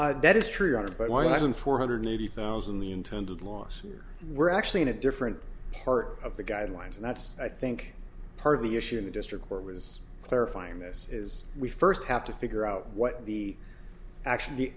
loss that is true but why then four hundred eighty thousand the intended last year were actually in a different part of the guidelines and that's i think part of the issue in the district court was clarifying this is we first have to figure out what the actually the